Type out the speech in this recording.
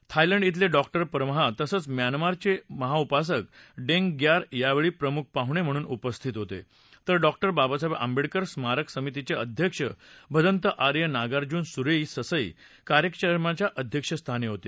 Thailand इथले doctor परमहा तसंच म्यानमारचे महाउपासक डेंग ग्यार यावेळ अमुख पाहणे म्हणून उपस्थित होते तर डॉक्टर बाबासाहेब आंबेडकर स्मारक समित्रीं अध्यक्ष भदंत आर्य नागार्जून सुरेई ससई कार्यक्रमाच्या अध्यक्षस्थान क्रीते